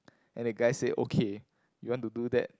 and the guy say okay you want to do that